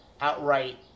outright